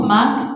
Mark